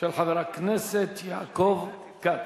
של חבר הכנסת יעקב כץ.